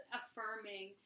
affirming